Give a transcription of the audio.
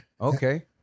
Okay